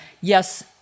yes